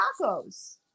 tacos